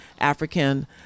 African